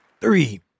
three